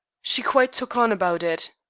she quite took on about it.